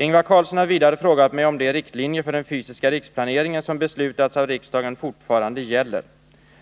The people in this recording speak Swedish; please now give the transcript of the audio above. Ingvar Carlsson har vidare frågat mig om de riktlinjer för den fysiska riksplaneringen som beslutats av riksdagen fortfarande gäller.